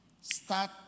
start